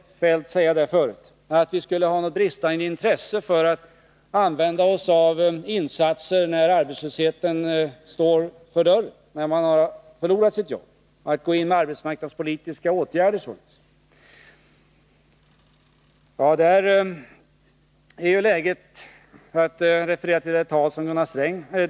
Kjell-Olof Feldt sade också att vi skulle ha ett bristande intresse för att använda oss av insatser när arbetslösheten står för dörren, av att gå in med arbetsmarknadspolitiska åtgärder för dem som har förlorat sitt arbete således.